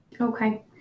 Okay